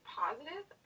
positive